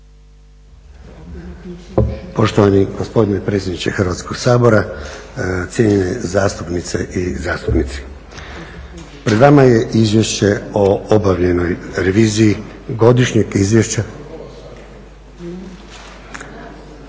Poštovani gospodine predsjedniče Hrvatskog sabora, cijenjene zastupnice i zastupnici. Pred vama je Izvješće o obavljenoj reviziji Godišnjeg izvješća